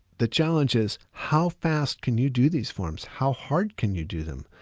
the challenge is how fast can you do these forms? how hard can you do them?